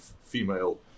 female